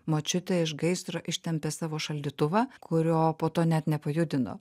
močiutė iš gaisro ištempė savo šaldytuvą kurio po to net nepajudino